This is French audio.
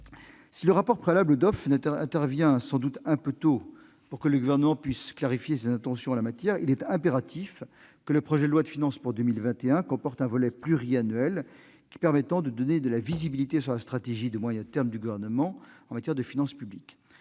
Si le rapport préalable au DOFP intervient sans doute un peu trop tôt pour que le Gouvernement puisse clarifier ses intentions en la matière, il est impératif que le projet de loi de finances pour 2021 comporte un volet pluriannuel permettant de donner de la visibilité à la stratégie de moyen terme du Gouvernement en matière de finances publiques.